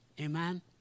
Amen